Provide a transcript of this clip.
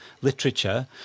literature